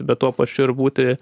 bet tuo pačiu ir būti